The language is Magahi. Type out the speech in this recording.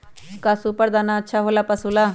का सुपर दाना अच्छा हो ला पशु ला?